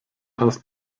hast